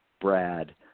Brad